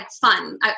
fun